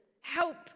Help